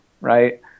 Right